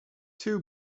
two